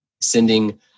sending